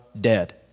dead